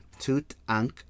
Tutank